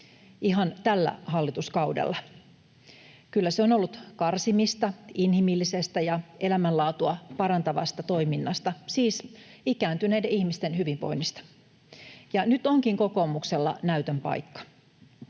ihan tällä hallituskaudella? Kyllä se on ollut karsimista inhimillisestä ja elämänlaatua parantavasta toiminnasta, siis ikääntyneiden ihmisten hyvinvoinnista. Nyt onkin kokoomuksella näytön paikka: